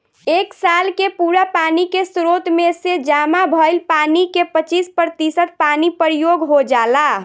एक साल के पूरा पानी के स्रोत में से जामा भईल पानी के पच्चीस प्रतिशत पानी प्रयोग हो जाला